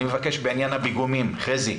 אני מבקש בעניין הפיגומים, חזי,